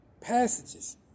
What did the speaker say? passages